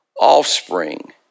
offspring